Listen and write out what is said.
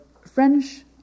French